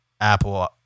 Apple